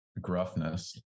gruffness